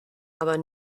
aber